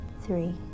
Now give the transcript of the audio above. three